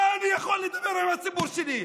על מה אני יכול לדבר עם הציבור שלי?